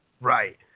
Right